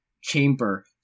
chamber